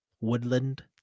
Woodland